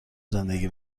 زندگی